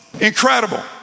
Incredible